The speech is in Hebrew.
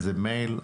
איזה מייל.